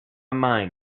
mind